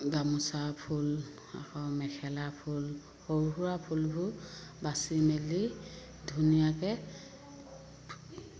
গামোচা ফুল আকৌ মেখেলা ফুল সৰু সুৰা ফুলবোৰ বাছি মেলি ধুনীয়াকৈ